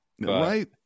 Right